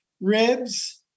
ribs